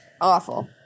awful